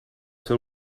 ser